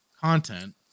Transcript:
content